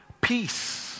peace